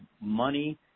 money